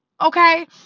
Okay